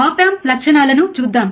ఆప్ amp లక్షణాలను చూద్దాం